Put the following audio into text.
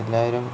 എല്ലാവരും